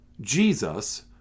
Jesus